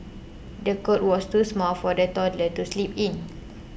the cot was too small for the toddler to sleep in